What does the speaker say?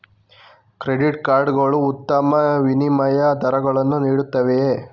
Credit card ಗಳು ಉತ್ತಮ ವಿನಿಮಯ ದರಗಳನ್ನು ನೀಡುತ್ತವೆಯೇ?